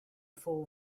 full